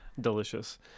delicious